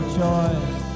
choice